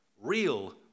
real